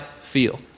feel